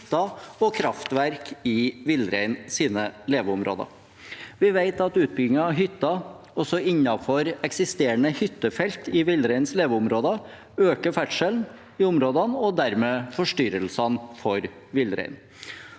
og kraftverk i villreinens leveområder. Vi vet at utbygging av hytter også innenfor eksisterende hyttefelt i villreinens leveområder øker ferdselen i områdene og dermed forstyrrelsene for villreinen.